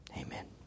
Amen